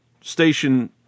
station